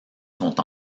sont